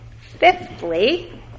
Fifthly